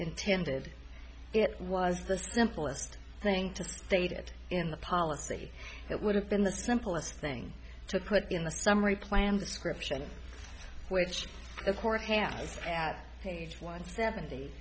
intended it was the simplest thing to state it in the policy that would have been the simplest thing to put in the summary plan description which of course hand at page one seventy